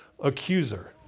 accuser